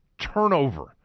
turnover